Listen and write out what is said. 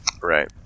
Right